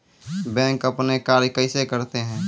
Bank अपन कार्य कैसे करते है?